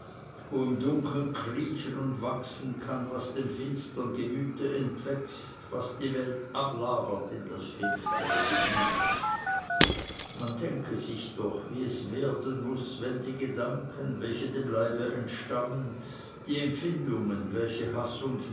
im dunkeln kriechen und wachsen kann was dem finstern gemüt entwächst was die welt ablagert in das finstere gemüte man denke sich doch wie es werden muß wenn die gedanken welche dem leibe entstammen die empfindungen welche haß